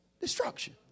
destruction